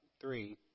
three